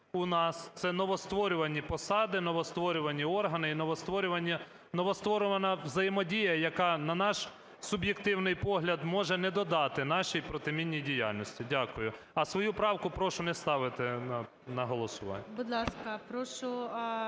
це новостворювані посади, новостворювані органи і новостворювана взаємодія, яка, на наш суб'єктивний погляд, може не додати нашій протимінній діяльності. Дякую. А свою правку прошу не ставити на голосування.